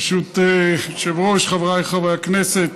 ברשות היושב-ראש, חבריי חברי הכנסת,